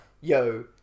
yo